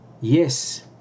Yes